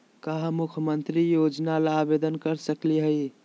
का हम मुख्यमंत्री योजना ला आवेदन कर सकली हई?